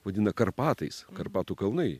vadina karpatais karpatų kalnai